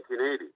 1980